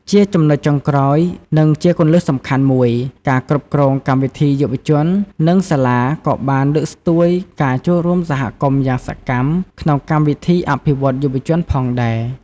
ជាចំណុចចុងក្រោយ និងជាគន្លឹះសំខាន់មួយ ការគ្រប់គ្រងកម្មវិធីយុវជន និងសាលាក៏បាន លើកស្ទួយការចូលរួមសហគមន៍ យ៉ាងសកម្ម ក្នុងកម្មវិធីអភិវឌ្ឍយុវជន ផងដែរ។